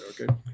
Okay